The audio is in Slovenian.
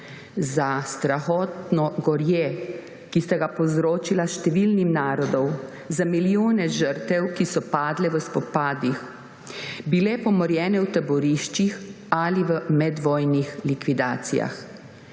za strahotno gorje, ki sta ga povzročila številnim narodom, za milijone žrtev, ki so padle v spopadih, bile pomorjene v taboriščih ali v medvojnih likvidacijah.